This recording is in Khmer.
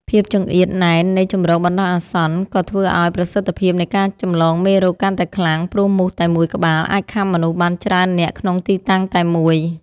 ភាពចង្អៀតណែននៃជម្រកបណ្តោះអាសន្ន ក៏ធ្វើឱ្យប្រសិទ្ធភាពនៃការចម្លងមេរោគកាន់តែខ្លាំង ព្រោះមូសតែមួយក្បាលអាចខាំមនុស្សបានច្រើននាក់ក្នុងទីតាំងតែមួយ។